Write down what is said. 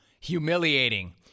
humiliating